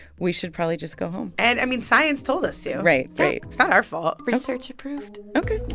we should probably just go home and, i mean, science told us to right. right it's not our fault research-approved ok